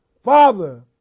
Father